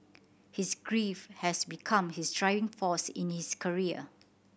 his grief has become his driving force in his career